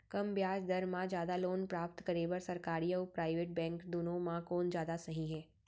कम ब्याज दर मा जादा लोन प्राप्त करे बर, सरकारी अऊ प्राइवेट बैंक दुनो मा कोन जादा सही हे?